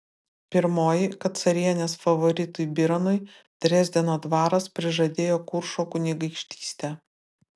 pirmoji kad carienės favoritui bironui dresdeno dvaras prižadėjo kuršo kunigaikštystę